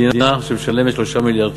מדינה שמשלמת 3 מיליארד